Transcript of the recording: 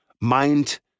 mind